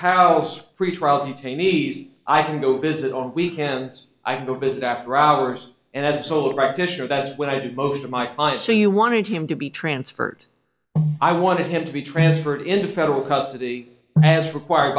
detainees i can go visit on weekends i go visit after hours and as a solo practitioner that's what i did most of my class so you wanted him to be transferred i wanted him to be transferred into federal custody as required